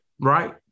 Right